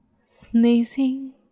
sneezing